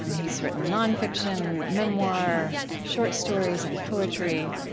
um he's written nonfiction, memoir, short stories, and poetry.